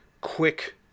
quick